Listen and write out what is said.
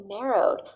narrowed